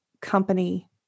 company